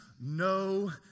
no